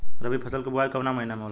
रबी फसल क बुवाई कवना महीना में होला?